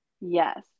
Yes